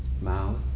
Mouth